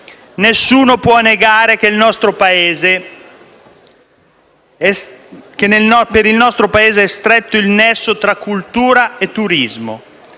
Nessuno può negare che per il nostro Paese è stretto il nesso tra cultura e turismo,